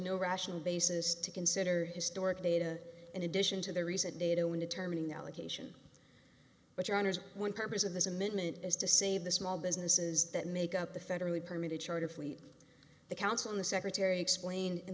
no rational basis to consider historic data in addition to the recent nato in determining the allocation but your honour's one purpose of this amendment is to save the small businesses that make up the federally permitted charter fleet the council on the secretary explained in